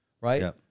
right